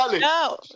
No